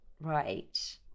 right